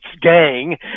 gang